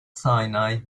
sinai